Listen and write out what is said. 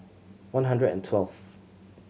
one hundred and twelfth